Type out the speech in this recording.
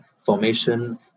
formation